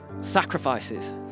Sacrifices